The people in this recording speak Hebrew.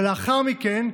ולאחר מכן,